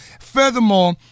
furthermore